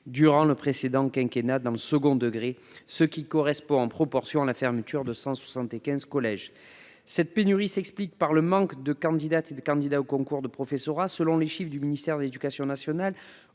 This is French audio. durant le précédent quinquennat, ce qui correspond en proportion à la fermeture de 175 collèges. Cette pénurie s'explique par le manque de candidates et de candidats aux concours du professorat. Selon les chiffres du ministère de l'éducation nationale,